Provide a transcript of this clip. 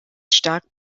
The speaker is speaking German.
stark